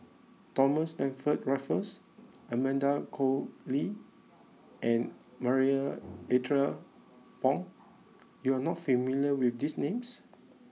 Thomas Stamford Raffles Amanda Koe Lee and Marie Ethel Bong you are not familiar with these names